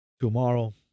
Tomorrow